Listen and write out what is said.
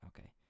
Okay